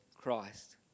Christ